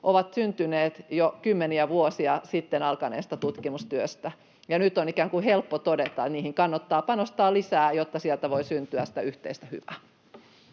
ovat syntyneet jo kymmeniä vuosia sitten alkaneesta tutkimustyöstä, ja nyt on ikään kuin helppo todeta, että niihin kannattaa panostaa lisää, jotta sieltä voi syntyä sitä yhteistä hyvää.